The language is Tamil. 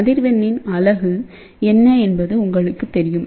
அதிர்வெண்ணின் அலகு என்ன என்பது உங்களுக்குத் தெரியும்